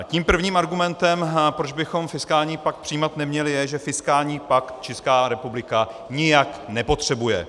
Tím prvním argumentem, proč bychom fiskální pakt přijímat neměli, je, že fiskální pakt Česká republika nijak nepotřebuje.